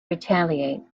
retaliate